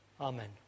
Amen